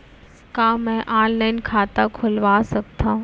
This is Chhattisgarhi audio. का मैं ऑनलाइन खाता खोलवा सकथव?